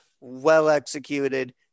well-executed